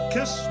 Kiss